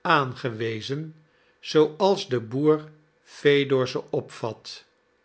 aangewezen zooals de boer fedor ze opvat